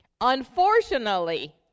Unfortunately